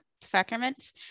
sacraments